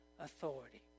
Authority